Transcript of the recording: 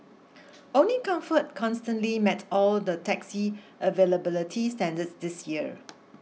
only comfort consistently met all the taxi availability standards this year